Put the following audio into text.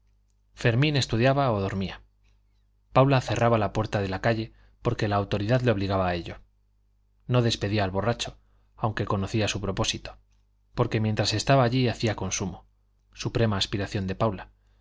fermín estudiaba o dormía paula cerraba la puerta de la calle porque la autoridad le obligaba a ello no despedía al borracho aunque conocía su propósito porque mientras estaba allí hacía consumo suprema aspiración de paula